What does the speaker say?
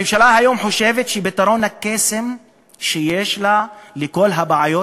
הממשלה היום חושבת שפתרון הקסם שיש לה לכל הבעיות